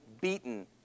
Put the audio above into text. beaten